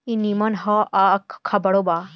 ई निमन ह आ खराबो बा